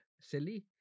silly